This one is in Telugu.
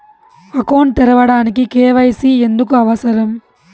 అకౌంట్ తెరవడానికి, కే.వై.సి ఎందుకు అవసరం?